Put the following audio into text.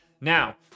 Now